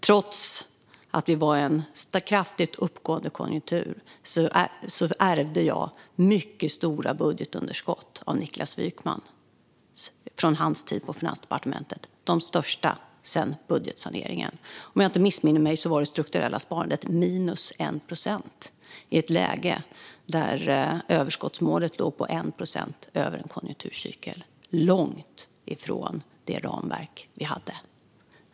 Trots att vi var i en kraftigt uppgående konjunktur ärvde jag mycket stora budgetunderskott efter Niklas Wykmans tid på Finansdepartementet - de största sedan budgetsaneringen. Om jag inte missminner mig var det strukturella sparandet minus 1 procent i ett läge där överskottsmålet låg på 1 procent över en konjunkturcykel - långt ifrån det ramverk vi hade.